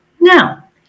Now